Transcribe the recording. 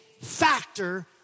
factor